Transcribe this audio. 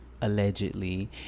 Allegedly